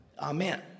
Amen